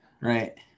Right